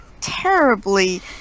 terribly